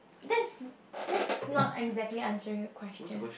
that's that's not exactly answering the question